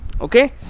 okay